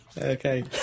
okay